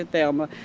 ah thelma.